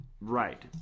Right